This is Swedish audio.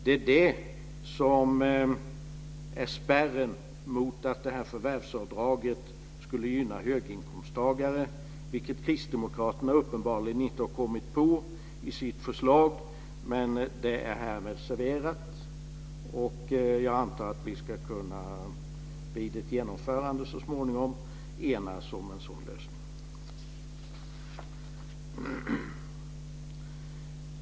Det är spärren mot att förvärvsavdraget skulle gynna höginkomsttagare, vilket kristdemokraterna uppenbarligen inte har kommit på i sitt förslag. Men det är härmed serverat. Jag antar att vi vid ett genomförande så småningom ska kunna enas om en sådan lösning.